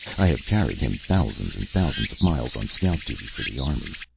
i have carried him thousands and thousands of miles on scout duty for the army,